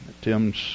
Tim's